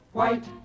White